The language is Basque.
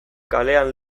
kalean